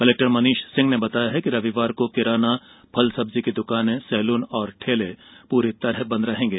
collector Manish Singh ने बंताया कि रविवार को किराना फल सब्जी की दुकान सैलून और ठेले पूरी तरह बंद रहेंगे